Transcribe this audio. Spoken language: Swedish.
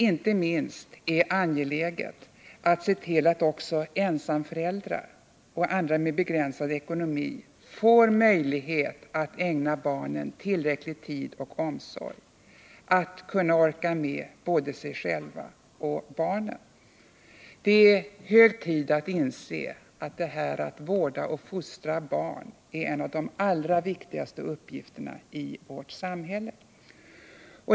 Inte minst angeläget är att också ensamföräldrar och andra med begränsad ekonomi ges möjlighet att ägna barnen tillräcklig tid och omsorg, att orka med både sig själva och barnen. Det är hög tid att inse att detta att vårda och fostra barn är en av de allra viktigaste uppgifterna i vårt samhälle.